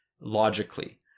logically